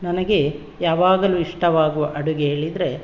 ನನಗೆ ಯಾವಾಗಲು ಇಷ್ಟವಾಗುವ ಅಡುಗೆ ಹೇಳಿದ್ರೆ